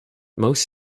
most